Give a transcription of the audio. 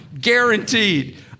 guaranteed